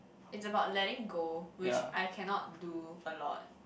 is about letting go which I cannot do a lot